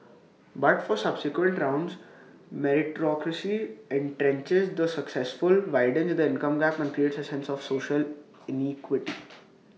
but for subsequent rounds meritocracy entrenches the successful widens the income gap and creates A sense of social inequity